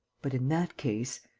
but, in that case,